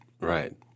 right